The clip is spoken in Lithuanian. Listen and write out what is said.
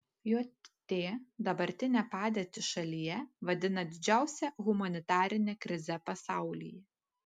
jt dabartinę padėtį šalyje vadina didžiausia humanitarine krize pasaulyje